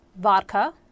Vodka